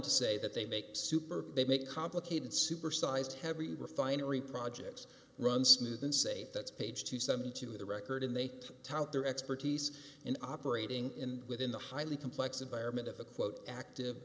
to say that they make soup or they make complicated super sized heavy refinery projects run smooth and say that's page two seventy two of the record and they tout their expertise in operating in within the highly complex environment of a quote active